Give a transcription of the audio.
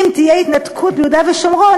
אם תהיה התנתקות מיהודה ושומרון,